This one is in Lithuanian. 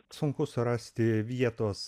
sunku surasti vietos